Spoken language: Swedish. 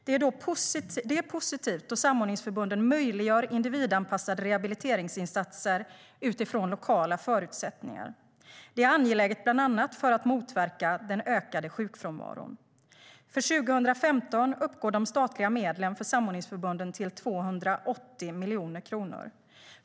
Det är positivt, då samordningsförbunden möjliggör individanpassade rehabiliteringsinsatser utifrån lokala förutsättningar. Det är angeläget bland annat för att motverka den ökade sjukfrånvaron. För 2015 uppgår de statliga medlen för samordningsförbunden till 280 miljoner kronor.